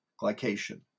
glycation